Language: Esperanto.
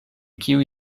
kiuj